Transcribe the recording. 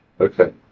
Okay